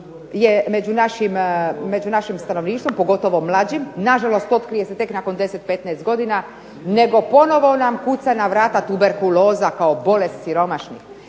je među našim stanovništvom pogotovo mlađim. Na žalost otkrije se tek nakon 10, 15 godina nego ponovo nam kuca na vrata tuberkuloza kao bolest siromašnih.